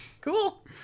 Cool